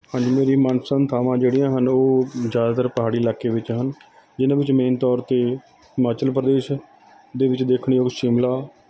ਹਾਂਜੀ ਮੇਰੀ ਮਨਪਸੰਦ ਥਾਵਾਂ ਜਿਹੜੀਆਂ ਹਨ ਉਹ ਜ਼ਿਆਦਾਤਰ ਪਹਾੜੀ ਇਲਾਕੇ ਵਿੱਚ ਹਨ ਜਿਨ੍ਹਾਂ ਵਿੱਚ ਮੇਨ ਤੌਰ 'ਤੇ ਹਿਮਾਚਲ ਪ੍ਰਦੇਸ਼ ਦੇ ਵਿੱਚ ਦੇਖਣ ਯੋਗ ਸ਼ਿਮਲਾ